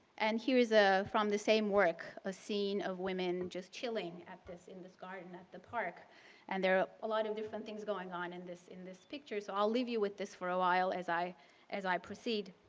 and here is a from the same work, a scene of women just chilling at this in this garden at the park and there are a lot of different things going on in this in this picture. so, i'll leave you with this for a while as i as i proceed.